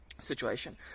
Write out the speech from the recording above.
situation